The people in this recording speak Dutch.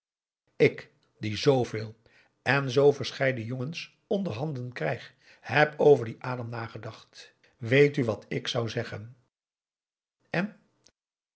ik die zooveel en zoo verscheiden jongens onderhanden krijg heb over dien adam nagedacht weet u wat ik zou zeggen en